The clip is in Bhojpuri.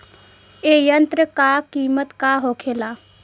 ए यंत्र का कीमत का होखेला?